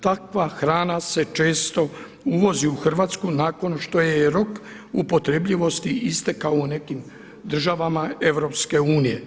Takva hrana se često uvozi u Hrvatsku nakon što joj je rok upotrebljivosti istekao u nekim državama EU.